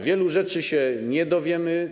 Wielu rzeczy się nie dowiemy.